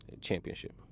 Championship